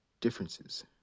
differences